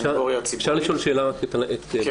אני מבקש לשאול שאלה בקצרה.